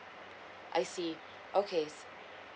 I see okay